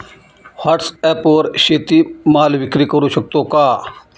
व्हॉटसॲपवर शेती माल विक्री करु शकतो का?